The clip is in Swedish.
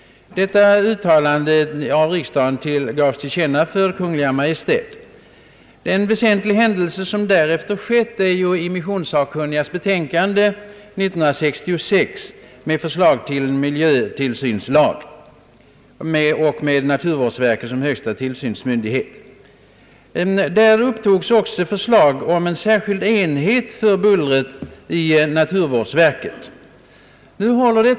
Detta riksdagens uttalande gavs till känna för Kungl. Maj:t. En väsentlig händelse som därefter inträffat är att immissionssakkunniga 1966 avgav sitt betänkande med förslag till miljötillsynslag, enligt vilken naturvårdsverket skulle vara högsta tillsynsmyndighet. Betänkandet innehöll även ett förslag om en särskild enhet i naturvårdsverket för bullerfrågor.